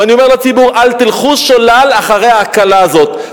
ואני אומר לציבור: אל תלכו שולל אחר ההקלה הזאת,